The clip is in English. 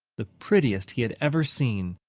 the prettiest he had ever seen.